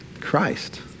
Christ